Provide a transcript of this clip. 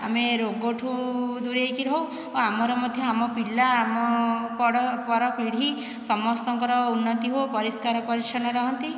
ଆମେ ରୋଗଠୁ ଦୂରେଇକି ରହୁ ଓ ଆମର ମଧ୍ୟ ଆମ ପିଲା ଆମ ପରପୀଢ଼ି ସମସ୍ତଙ୍କ ଉନ୍ନତି ହେଉ ପରିଷ୍କାର ପରିଚ୍ଛନ୍ନ ରହନ୍ତି